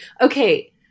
Okay